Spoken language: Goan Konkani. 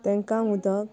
तांकां उदक